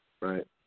right